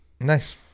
Nice